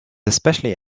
especially